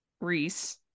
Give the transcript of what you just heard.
reese